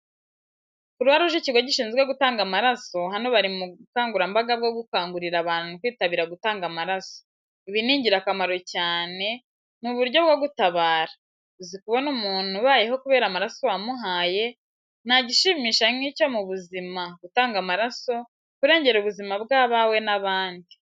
Kuruwaruje ikigo gishinzwe gutanga amaraso, hano bari mu bukangurambaga bwo gukangurira abantu kwitabira gutanga amaraso. ibi ni ingirakamaro cyane, n'uburyo bwo gutabara, uzi kubona umuntu abayeho kubera amaraso wamuhaye, nta gishimisha nk'icyo mu buzima, gutanga amaraso, kurengera ubuzima bw'abawe n'ababandi.